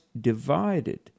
divided